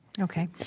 Okay